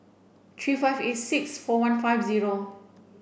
three five eight six four one five zero